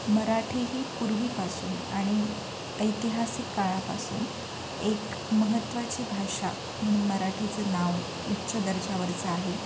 मराठी ही पूर्वीपासून आणि ऐतिहासिक काळापासून एक महत्त्वाची भाषा म्हणून मराठीचं नाव उच्च दर्जावरचं आहे